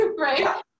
right